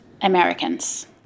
Americans